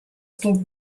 still